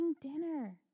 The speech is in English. dinner